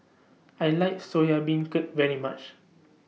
I like Soya Beancurd very much